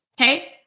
okay